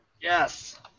Yes